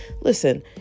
Listen